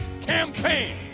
campaign